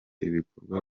ibikorwa